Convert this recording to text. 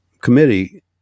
committee